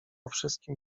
wszystkim